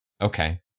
Okay